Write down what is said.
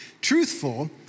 truthful